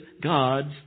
God's